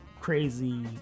crazy